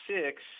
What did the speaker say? six